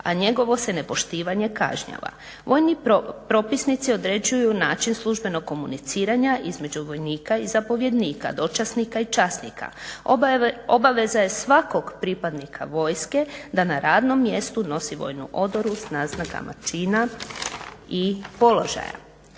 a njegovo se nepoštivanje kažnjava. Vojni propisnici određuju način službenog komuniciranja između vojnika i zapovjednika, dočasnika i časnika. Obaveza je svakog pripadnika vojske da na radnom mjestu nosi vojnu odoru s naznakama čina i položaja.